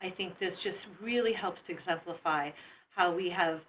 i think it just really helps exemplify how we have